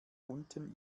unten